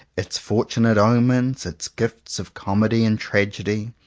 its fortunate omens, its gifts of comedy and tragedy,